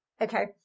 okay